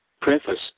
Preface